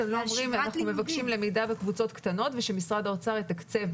למה אתם לא אומרים שאתם מבקשים למידה בקבוצות קטנות ושמשרד האוצר יתקצב,